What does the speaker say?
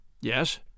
Yes